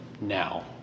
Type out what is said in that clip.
now